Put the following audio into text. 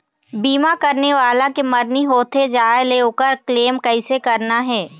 बीमा करने वाला के मरनी होथे जाय ले, ओकर क्लेम कैसे करना हे?